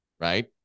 right